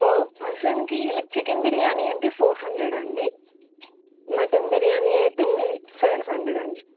per పర్సన్కి మీ chicken biryani అంటే ఫోర్ హండ్రెడ్ అండి మటన్ బిర్యానీ అయితే సెవెన్ హండ్రెడ్ అండి